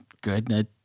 good